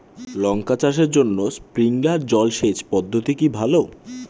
লঙ্কা চাষের জন্য স্প্রিংলার জল সেচ পদ্ধতি কি ভালো?